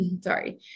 sorry